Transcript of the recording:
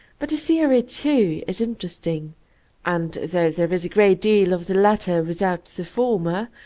but the theory, too, is interesting and though there is a great deal of the latter without the former,